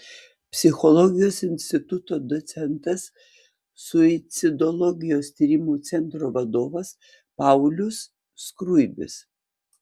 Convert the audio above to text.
psichologijos instituto docentas suicidologijos tyrimų centro vadovas paulius skruibis